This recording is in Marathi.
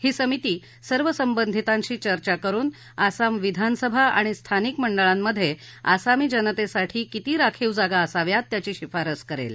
ही समिती सर्व संबंधितांशी चर्चा करुन आसाम विधानसभा आणि स्थानिक मंडळांमधे आसामी जनतेसाठी किती राखीव जागा असाव्यात त्याची शिफारस करेल